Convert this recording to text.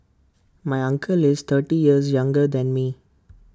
my uncle is thirty years younger than me